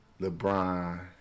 LeBron